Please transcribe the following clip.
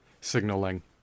signaling